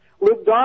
Luke